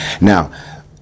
Now